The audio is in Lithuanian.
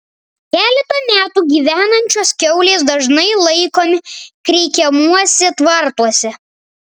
keletą metų gyvenančios kiaulės dažnai laikomi kreikiamuose tvartuose